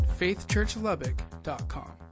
faithchurchlubbock.com